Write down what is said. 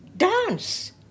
Dance